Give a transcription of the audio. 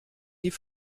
die